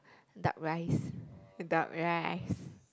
duck rice duck rice